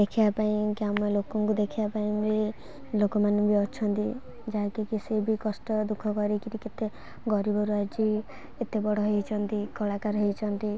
ଦେଖିବା ପାଇଁ କି ଆମ ଲୋକଙ୍କୁ ଦେଖିବା ପାଇଁ ବି ଲୋକମାନେ ବି ଅଛନ୍ତି ଯାହାକି କି ସେ ବି କଷ୍ଟ ଦୁଃଖ କରିକରି କେତେ ଗରିବରୁ ଆସିଛି ଏତେ ବଡ଼ ହୋଇଛନ୍ତି କଳାକାର ହୋଇଛନ୍ତି